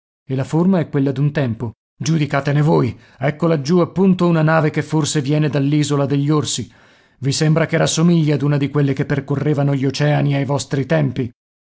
e la forma è quella d'un tempo giudicatene voi ecco laggiù appunto una nave che forse viene dall'isola degli rsi i sembra che rassomigli ad una di quelle che percorrevano gli oceani ai vostri tempi